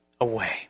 away